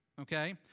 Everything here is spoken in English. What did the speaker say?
okay